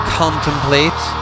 contemplate